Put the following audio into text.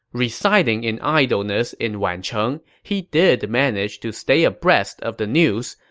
residing in idleness in wancheng, he did manage to stay abreast of the news,